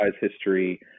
history